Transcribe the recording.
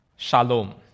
Shalom